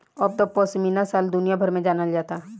अब त पश्मीना शाल दुनिया भर में जानल जाता